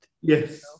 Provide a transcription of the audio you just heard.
yes